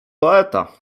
poeta